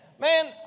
Man